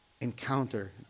encounter